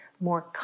more